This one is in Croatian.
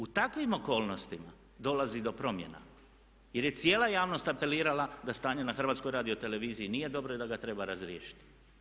U takvim okolnostima dolazi do promjena jer je cijela javnost apelirala da stanje na HRT-u nije dobro i da ga treba razriješiti.